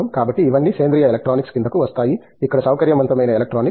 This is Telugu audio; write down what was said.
కాబట్టి ఇవన్నీ సేంద్రీయ ఎలక్ట్రానిక్స్ క్రిందకి వస్తున్నాయి ఇక్కడ సౌకర్యవంతమైన ఎలక్ట్రానిక్స్